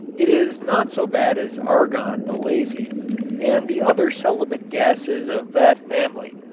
it is not so bad as argon the lazy and the other celibate gases of that family,